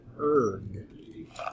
Erg